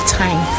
time